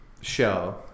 show